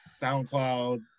soundcloud